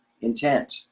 intent